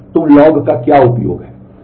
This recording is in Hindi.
तो उन लॉग का क्या उपयोग है